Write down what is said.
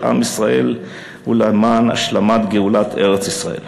עם ישראל ולמען השלמת גאולת ארץ-ישראל.